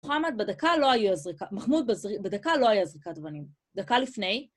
מוחמד בדקה לא היה זריקת, מחמוד בדקה לא היה זריקת אבנים, דקה לפני.